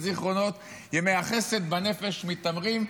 / וזיכרונות ימי החסד, / בנפש מיתמרים.